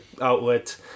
outlet